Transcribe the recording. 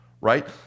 right